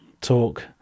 Talk